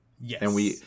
Yes